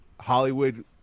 Hollywood